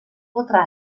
potrà